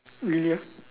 really ah